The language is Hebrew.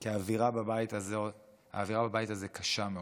כי האווירה בבית הזה קשה מאוד.